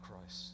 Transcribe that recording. Christ